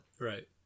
Right